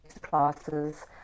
classes